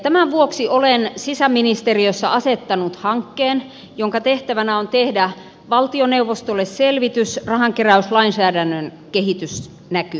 tämän vuoksi olen sisäministeriössä asettanut hankkeen jonka tehtävänä on tehdä valtioneuvostolle selvitys rahankeräyslainsäädännön kehitysnäkymistä